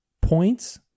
points